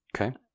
Okay